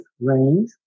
range